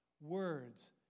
Words